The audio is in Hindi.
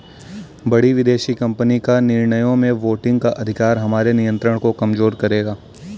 बड़ी विदेशी कंपनी का निर्णयों में वोटिंग का अधिकार हमारे नियंत्रण को कमजोर करेगा